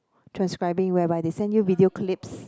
transcribing whereby they send you video clips